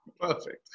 Perfect